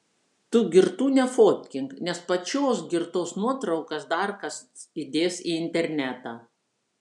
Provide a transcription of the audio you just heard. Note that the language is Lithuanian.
tu girtų nefotkink nes pačios girtos nuotraukas dar kas įdės į internetą